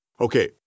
Okay